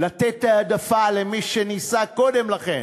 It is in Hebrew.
לתת העדפה למי שנישא קודם לכן,